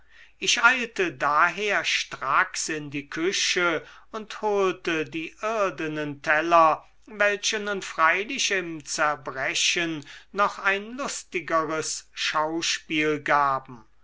ich eilte daher stracks in die küche und holte die irdenen teller welche nun freilich im zerbrechen noch ein lustigeres schauspiel gaben